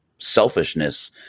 selfishness